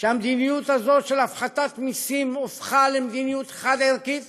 שהמדיניות הזאת של הפחתת מסים הפכה למדיניות חד-ערכית